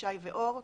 אבישי ואור.